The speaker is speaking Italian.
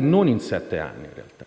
non sono per sette anni, perché